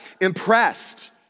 impressed